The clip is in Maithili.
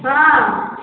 हॅं